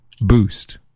boost